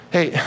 Hey